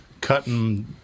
cutting